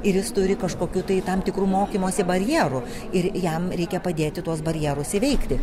ir jis turi kažkokių tai tam tikrų mokymosi barjerų ir jam reikia padėti tuos barjerus įveikti